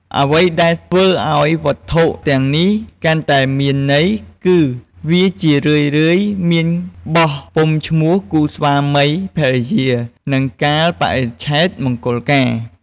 អ្វីដែលធ្វើឲ្យវត្ថុទាំងនេះកាន់តែមានន័យ គឺវាជារឿយៗមានបោះពុម្ពឈ្មោះគូស្វាមីភរិយា និងកាលបរិច្ឆេទមង្គលការ។